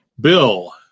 Bill